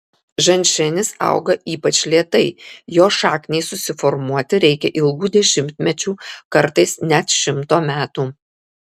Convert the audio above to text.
ženšenis auga ypač lėtai jo šakniai susiformuoti reikia ilgų dešimtmečių kartais net šimto metų